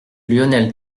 lionel